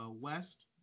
West